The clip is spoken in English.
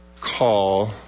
call